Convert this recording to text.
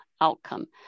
outcome